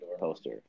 poster